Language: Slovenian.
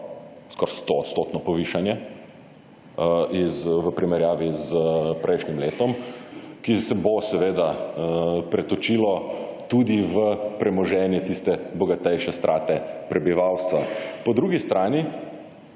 Skoraj 100 % povišanje v primerjavi s prejšnjim letom, ki se bo seveda pretočilo tudi v premoženje tiste bogatejše strate prebivalstva. Po drugi strani